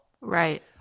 right